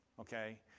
Okay